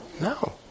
No